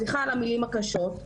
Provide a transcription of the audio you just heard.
וסליחה על המילים הקשות.